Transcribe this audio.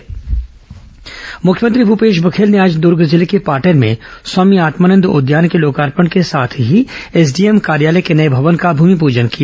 मुख्यमंत्री दौरा मुख्यमंत्री भूपेश बधेल ने आज दूर्ग जिले के पाटन में स्वामी आत्मानंद उद्यान के लोकार्पण के साथ ही एसडीएम कार्यालय के नये भवन का भूमिपजन किया